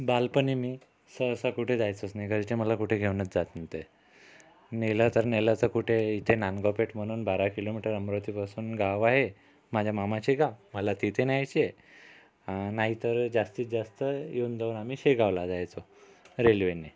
बालपणी मी सहसा कुठे जायचोच नाही घरचे मला कुठे घेऊनच जात नव्हते नेलं तर नेलं तर कुठे इथे नांदगाव पेठ म्हणून बारा किलोमीटर अमरावतीपासून गाव आहे माझ्या मामाचे गाव मला तिथे न्यायचे नाहीतर जास्तीत जास्त येऊन जाऊन आम्ही शेगावला जायचो रेल्वेने